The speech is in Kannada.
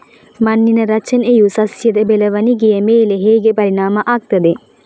ಮಣ್ಣಿನ ರಚನೆಯು ಸಸ್ಯದ ಬೆಳವಣಿಗೆಯ ಮೇಲೆ ಹೇಗೆ ಪರಿಣಾಮ ಆಗ್ತದೆ?